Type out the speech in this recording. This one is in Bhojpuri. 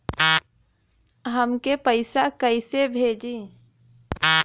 हमके पैसा कइसे भेजी?